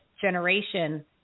generation